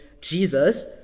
Jesus